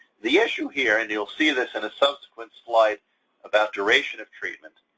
the issue here, and you'll see this in a subsequent slide about duration of treatment,